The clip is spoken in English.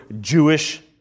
Jewish